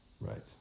Right